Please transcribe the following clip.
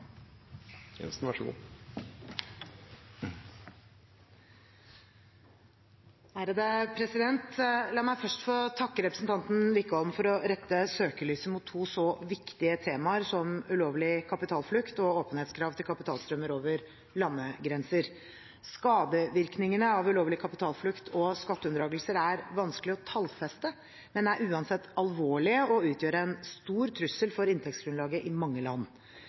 ulovlig kapitalflukt og åpenhetskrav til kapitalstrømmer over landegrenser. Skadevirkningene av ulovlig kapitalflukt og skatteunndragelser er vanskelig å tallfeste, men er uansett alvorlige og utgjør en stor trussel mot inntektsgrunnlaget i mange land.